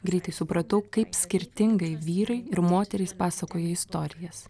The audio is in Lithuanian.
greitai supratau kaip skirtingai vyrai ir moterys pasakoja istorijas